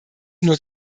nur